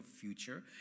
future